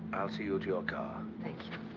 i'll see you to your car. thank you.